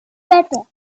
better